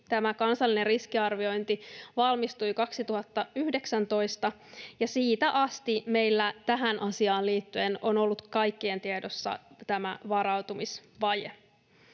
Tämä kansallinen riskiarviointi valmistui 2019, ja siitä asti meillä tähän asiaan liittyen on ollut kaikkien tiedossa tämä varautumisvaje.